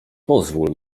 pozwól